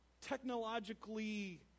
technologically